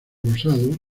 rosado